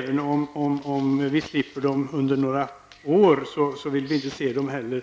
Vi vill heller inte se dem på lång sikt, även om vi slipper dem under några år. När det gäller